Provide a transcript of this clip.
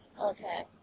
Okay